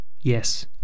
Yes